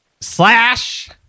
Slash